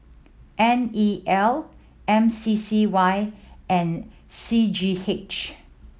N E L M C C Y and C G H